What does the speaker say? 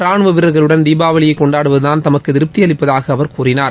ரானுவ வீரர்களுடன் தீபாவளியை கொண்டாடுவதுதான் தமக்கு திருப்பதி அளிப்பதாக அவர் கூறினார்